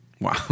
Wow